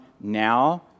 now